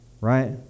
right